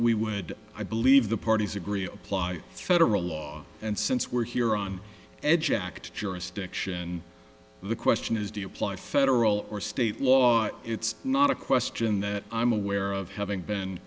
we would i believe the parties agree apply federal law and since we're here on edge act jurisdiction the question is do you apply federal or state laws it's not a question that i'm aware of having been